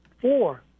four